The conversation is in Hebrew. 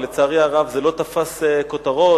ולצערי הרב זה לא תפס כותרות,